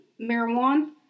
marijuana